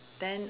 then